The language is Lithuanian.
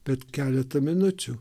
bet keletą minučių